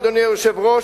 אדוני היושב-ראש,